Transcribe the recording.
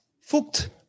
fucked